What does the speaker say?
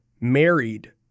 married –